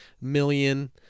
million